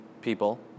people